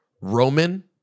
Roman